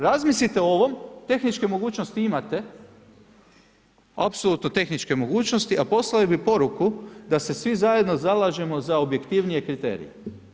Razmislite o ovom, tehničke mogućnosti imate, apsolutno tehničke mogućnosti, poslale bi poruku da se svi zajedno zalažemo za objektivnije kriterije.